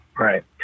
Right